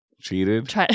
Cheated